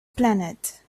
planet